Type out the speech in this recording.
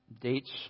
dates